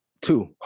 Two